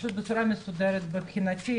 פשוט בצורה מסודרת מבחינתי,